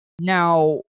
Now